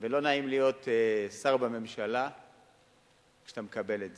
ולא נעים להיות שר בממשלה כשאתה מקבל את זה,